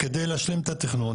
כדי להשלים את התכנון.